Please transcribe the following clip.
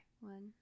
One